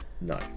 No